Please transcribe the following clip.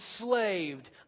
enslaved